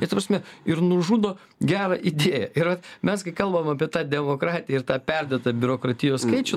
i ta prasme ir nužudo gerą idėją ir mes gi kalbam apie tą demokratiją ir tą perdėtą biurokratijos skaičių